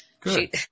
Good